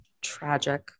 tragic